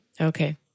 Okay